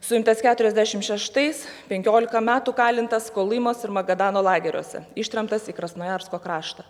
suimtas keturiasdešim šeštais penkiolika metų kalintas kolymos ir magadano lageriuose ištremtas į krasnojarsko kraštą